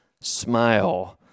smile